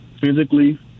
physically